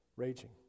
Raging